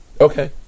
Okay